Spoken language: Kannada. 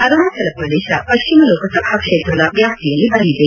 ಅರುಣಾಚಲ ಪ್ರದೇಶ ಪಶ್ಲಿಮ ಲೋಕಸಭಾ ಕ್ಷೇತ್ರದ ವ್ಯಾಪ್ತಿಯಲ್ಲಿ ಬರಲಿದೆ